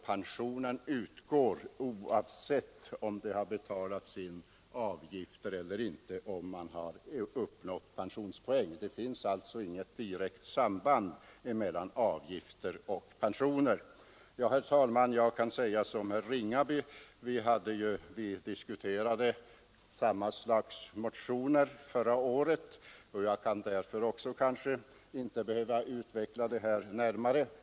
Pensionen utgår alltså oavsett om det har betalats in avgifter eller inte, när man har uppnått pensionspoäng. Det finns alltså inget direkt samband mellan avgifter och pensioner. Herr talman! Jag kan i likhet med herr Ringaby säga att vi diskuterade samma slags motioner förra året. Jag behöver kanske därför inte heller utveckla detta närmare.